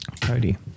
Cody